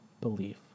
belief